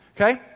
Okay